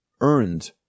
earned